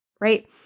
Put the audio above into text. right